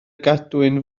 gadwyn